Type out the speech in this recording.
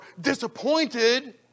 disappointed